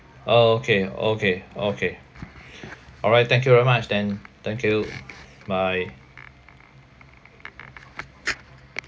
okay okay okay alright thank you very much then thank you bye